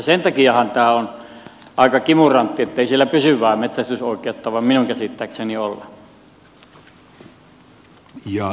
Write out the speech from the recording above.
sen takiahan tämä on aika kimurantti ettei siellä pysyvää metsästysoikeutta voi minun käsittääkseni olla